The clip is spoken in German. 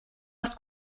das